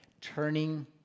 Turning